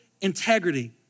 integrity